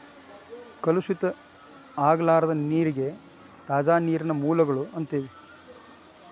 ಕಲುಷಿತ ಆಗಲಾರದ ನೇರಿಗೆ ತಾಜಾ ನೇರಿನ ಮೂಲಗಳು ಅಂತೆವಿ